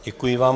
Děkuji vám.